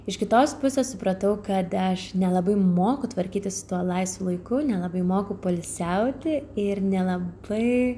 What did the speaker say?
iš kitos pusės supratau kad aš nelabai moku tvarkytis tuo laisvu laiku nelabai moku poilsiauti ir nelabai